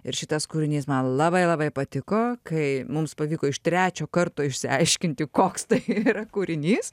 ir šitas kūrinys man labai labai patiko kai mums pavyko iš trečio karto išsiaiškinti koks tai yra kūrinys